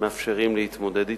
מאפשרים להתמודד אתו.